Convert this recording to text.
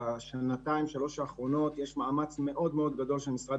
שבשנתיים-שלוש האחרונות יש מאמץ מאוד גדול של משרד